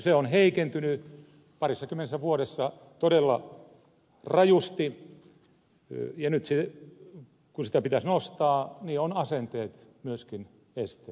se on heikentynyt parissakymmenessä vuodessa todella rajusti ja nyt kun sitä pitäisi nostaa ovat asenteet myöskin esteenä